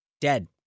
dead